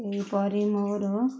ଏହିପରି ମୋର